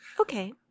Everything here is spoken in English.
Okay